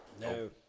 No